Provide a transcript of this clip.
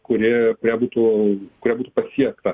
kuri kurią būtų kuria būtų pasiekta